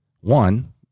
One